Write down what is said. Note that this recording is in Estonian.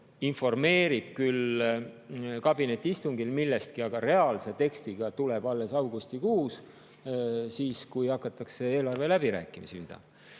informeerib [valitsust] kabinetiistungil millestki, aga reaalse tekstiga tuleb alles augustikuus, siis kui hakatakse eelarve läbirääkimisi pidama.